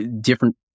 different